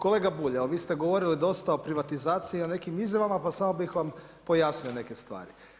Kolega Bulj, a vi ste govorili dosta o privatizaciji i nekim izjavama, pa samo bih vam pojasnio neke stvari.